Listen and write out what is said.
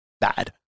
bad